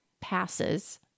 passes